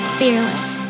fearless